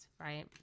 right